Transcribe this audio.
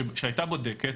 שהייתה בודקת